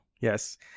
Yes